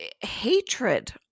hatred